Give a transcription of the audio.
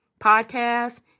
Podcast